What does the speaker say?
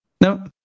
No